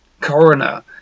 coroner